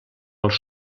als